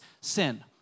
sin